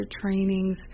trainings